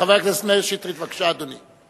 חבר הכנסת מאיר שטרית, בבקשה, אדוני.